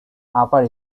upper